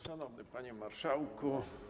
Szanowny Panie Marszałku!